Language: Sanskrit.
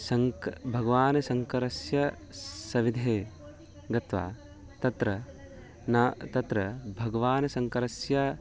शङ्करः भगवतः शङ्करस्य सविधे गत्वा तत्र न तत्र भगवतः शङ्करस्य